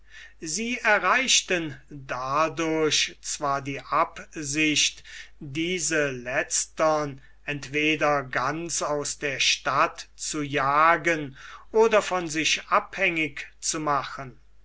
sie erreichten dadurch zwar die absicht diese letztern entweder ganz aus der stadt zu jagen oder von sich abhängig zu machen